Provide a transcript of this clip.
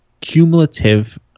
cumulative